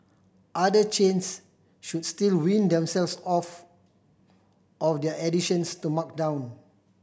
other chains should still wean themselves off of their addictions to markdown